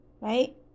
right